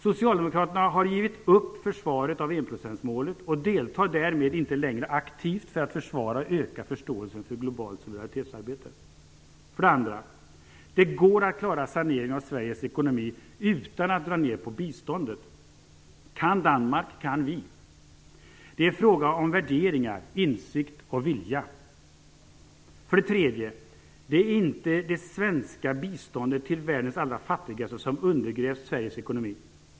Socialdemokraterna har gett upp försvaret av enprocentsmålet och deltar därmed inte längre aktivt för att försvara och öka förståelsen för globalt solidaritetsarbete. 2. Det går att klara saneringen av Sveriges ekonomi utan att dra ned på biståndet. Kan Danmark, kan vi. Det är fråga om värderingar, insikt och vilja. 3. Det är inte det svenska biståndet till världens allra fattigaste som har undergrävt Sveriges ekonomi.